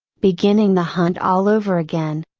beginning the hunt all over again.